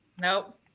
Nope